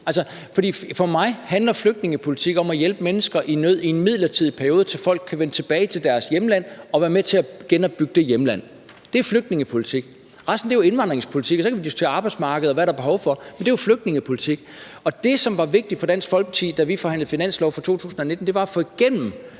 Altså, for mig handler flygtningepolitik om at hjælpe mennesker i nød i en midlertidig periode, indtil folk kan vende tilbage til deres hjemland og være med til at genopbygge det hjemland. Det er flygtningepolitik. Resten er jo indvandringspolitik. Så kan man diskutere arbejdsmarked, og hvad der er behov for. Men det her er jo flygtningepolitik. Det, som var vigtigt for Dansk Folkeparti at få igennem, da vi forhandlede finanslov for 2019, var, at flygtninge